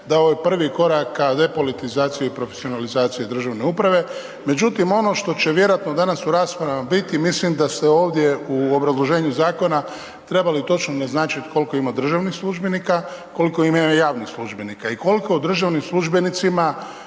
je ovo prvi korak ka depolitizaciji u profesionalizaciji državne uprave međutim ono što će vjerojatno danas u raspravama biti, mislim da ste ovdje u obrazloženju zakona trebali točno naznačiti koliko ima državnih službenika, koliko ima javnih službenika i koliko državnim službenicima,